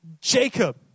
Jacob